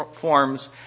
forms